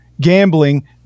gambling